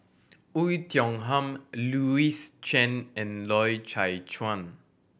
Oei Tiong Ham Louis Chen and Loy Chye Chuan